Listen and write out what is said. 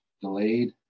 delayed